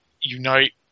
unite